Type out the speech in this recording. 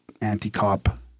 anti-cop